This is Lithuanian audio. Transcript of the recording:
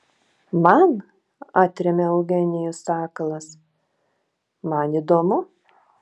man atremia eugenijus sakalas man įdomu